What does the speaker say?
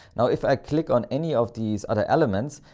now if i click on any of these other elements,